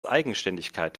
eigenständigkeit